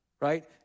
Right